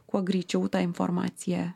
kuo greičiau tą informaciją